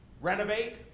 renovate